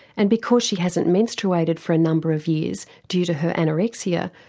and because she hasn't menstruated for a number of years, due to her anorexia,